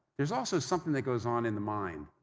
there's also something that goes on in the mind.